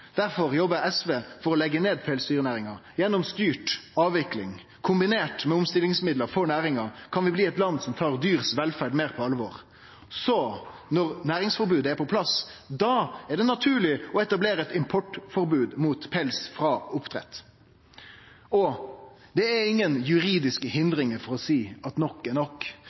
jobbar SV for å leggje ned pelsdyrnæringa gjennom styrt avvikling. Kombinert med omstillingsmidlar for næringa kan vi bli eit land som tar velferda til dyr meir på alvor. Når næringsforbodet så er på plass, er det naturleg å etablere eit importforbod mot pels frå oppdrett. Det er ingen juridiske hindringar for å seie at nok er nok.